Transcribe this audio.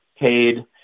paid